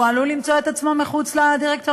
הוא עלול למצוא את עצמו מחוץ לדירקטוריון.